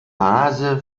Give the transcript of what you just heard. hase